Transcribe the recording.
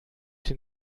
den